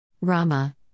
Rama